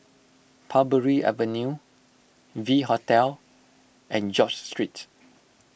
Parbury Avenue V Hotel and George Street